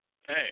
Hey